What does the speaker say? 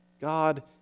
God